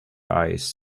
eyes